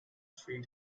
three